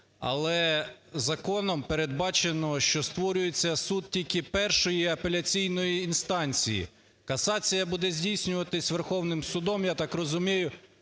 але законом передбачено, що створюється суд тільки першої апеляційної інстанції. Касація буде здійснюватись Верховним Судом, я так розумію,